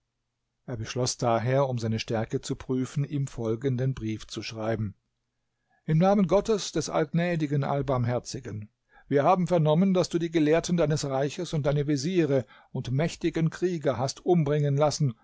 er beschloß daher um seine stärke zu prüfen ihm folgenden brief zu schreiben im namen gottes des allgnädigen allbarmherzigen wir haben vernommen daß du die gelehrten deines reiches und deine veziere und mächtigen krieger hast umbringen lassen